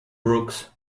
brooks